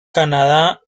canadá